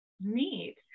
Neat